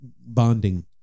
bonding